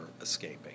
escaping